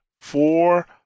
four